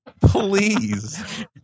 Please